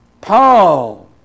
Paul